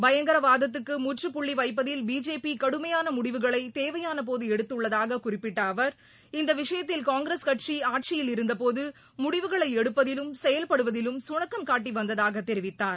பயங்கரவாதத்துக்குமுற்றுப்புள்ளிவைப்பதில் பிஜேபிகடுமையானமுடிவுகளைதேவையானபோதுஎடுததுள்ளதாககுறிப்பிட்டஅவர் இந்தவிஷயத்தில் காங்கிரஸ் கட்சி ஆட்சியில் இருந்தபோதுமுடிவுகளைஎடுப்பதிலும் செயல்படுவதிலும் சுணக்கம் காட்டிவந்ததாகதெரிவித்தார்